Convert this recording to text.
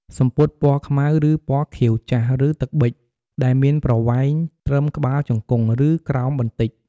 សំពត់ពណ៌ខ្មៅ ឬពណ៌ខៀវចាស់ ឬ ទឹកប៊ិច ដែលមានប្រវែងត្រឹមក្បាលជង្គង់ ឬក្រោមបន្តិច។